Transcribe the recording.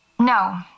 No